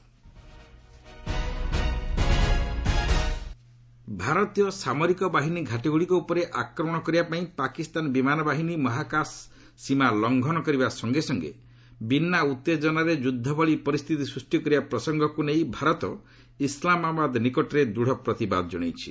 MEA Ind Pak ଭାରତୀୟ ସାମରିକ ବାହିନୀ ଘାଟିଗୁଡ଼ିକ ଉପରେ ଆକ୍ରମଣ କରିବାପାଇଁ ପାକିସ୍ତାନ ବିମାନ ବାହିନୀ ମହାକାଶ ସୀମା ଲଂଘନ କରିବା ସଙ୍ଗେ ସଙ୍ଗେ ବିନା ଉତ୍ତେଜନାରେ ଯୁଦ୍ଧଭଳି ପରିସ୍ଥିତି ସୃଷ୍ଟି କରିବା ପ୍ରସଙ୍ଗକୁ ନେଇ ଭାରତ ଇସ୍ଲାମାବାଦ ନିକଟରେ ଦୂଢ଼ ପ୍ରତିବାଦ ଜଣାଇଛି